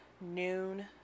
noon